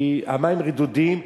המים רדודים,